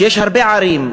שיש הרבה ערים,